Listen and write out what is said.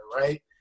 right